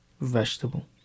Vegetable